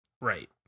right